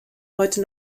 heute